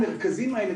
המרכזים האלה,